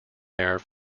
there